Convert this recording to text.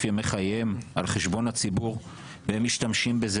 ימי חייהם על חשבון הציבור והם משתמשים בזה,